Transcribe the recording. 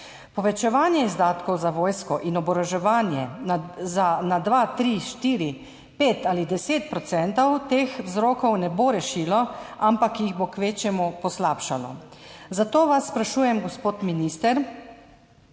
Povečevanje izdatkov za vojsko in oboroževanje na 2 %, 3 %, 4 %, 5 % ali 10 % teh vzrokov ne bo rešilo, ampak jih bo kvečjemu poslabšalo. Zato vas sprašujem, gospod minister: